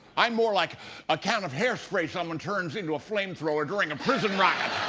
i'm more like a can of hairspray someone turns into a flamethrower during a prison riot.